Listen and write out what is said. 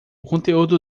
conteúdo